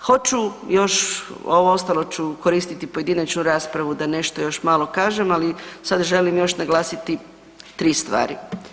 Hoću još, ovo ostalo ću koristiti pojedinačnu raspravu da nešto još malo kažem, ali sada želim još naglasiti tri stvari.